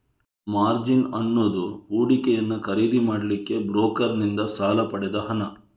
margin ಅನ್ನುದು ಹೂಡಿಕೆಯನ್ನ ಖರೀದಿ ಮಾಡ್ಲಿಕ್ಕೆ ಬ್ರೋಕರನ್ನಿಂದ ಸಾಲ ಪಡೆದ ಹಣ